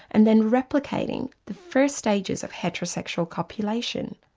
and then replicating the first stages of heterosexual copulation.